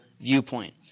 viewpoint